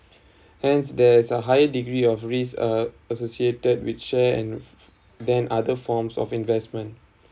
hence there is a higher degree of risk uh associated with share and than other forms of investment